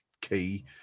key